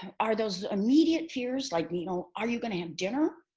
are those immediate fears? like you know are you going to have dinner